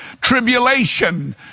tribulation